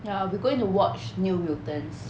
ya we're going to watch new mutants